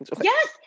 Yes